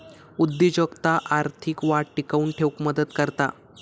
उद्योजकता आर्थिक वाढ टिकवून ठेउक मदत करता